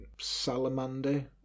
salamander